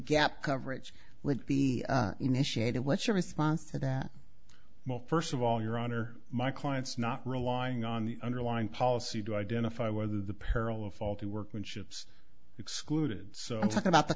gap coverage would be initiated what's your response to that first of all your honor my clients not relying on the underlying policy to identify whether the peril of faulty workmanship is excluded so i'm talking about the